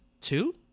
two